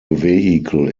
vehicle